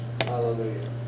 Hallelujah